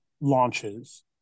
launches